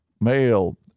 male